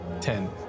ten